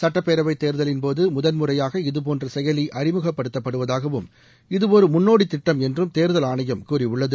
சுட்டப்பேரவைத் தேர்தலின்போது முதல் முறையாக இதபோன்ற செயலி அறிமுகப்படுத்தப்படுவதாகவும் இது ஒரு முன்னோடித் திட்டம் என்றும் தேர்தல் ஆணையம் கூறியுள்ளது